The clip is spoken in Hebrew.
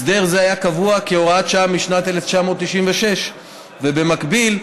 הסדר זה היה קבוע כהוראת שעה משנת 1996. במקביל,